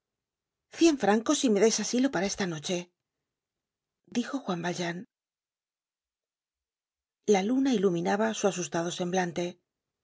cien francos si me dais asilo por esta noche dijo juan valjean la luna iluminaba su asustado semblante